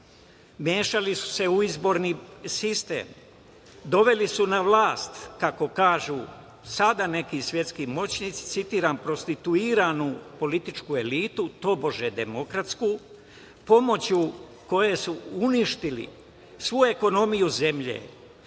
mešali su se u izborni sistem. Doveli su na vlast, kako kažu sada neki svetski moćnici, citiram - prostituiranu političku elitu, tobože demokratsku, pomoću koje su uništili svu ekonomiju zemlje.